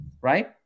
right